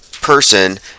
person